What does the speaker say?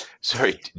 sorry